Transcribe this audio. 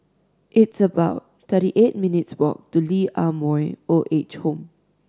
it's about thirty eight minutes walk to Lee Ah Mooi Old Age Home